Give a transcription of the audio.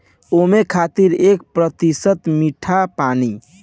ओमें खातिर एक प्रतिशत मीठा पानी